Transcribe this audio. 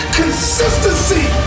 consistency